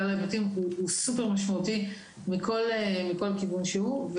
ההיבטים הוא סופר משמעותי מכל כיוון שהוא.